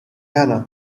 hannah